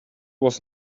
was